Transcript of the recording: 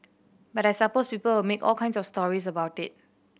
but I suppose people will make all kinds of stories about it